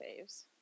faves